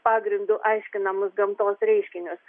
pagrindu aiškinamus gamtos reiškinius